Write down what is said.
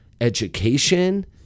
education